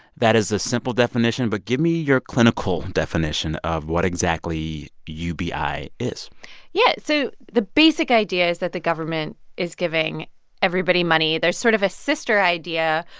that is the simple definition, but give me your clinical definition of what exactly ubi is yeah, so the basic idea is that the government is giving everybody money. there's sort of a sister idea,